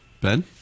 Ben